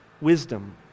wisdom